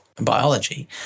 biology